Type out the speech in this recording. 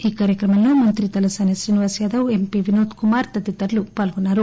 ఈ కార్యక్రమంలో మంత్రి తలసాని శ్రీనివాస్యాదవ్ ఎంపీ వినోద్కుమార్ తదితరులు పాల్గొన్నారు